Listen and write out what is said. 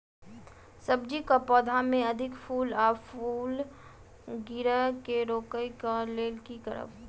सब्जी कऽ पौधा मे अधिक फूल आ फूल गिरय केँ रोकय कऽ लेल की करब?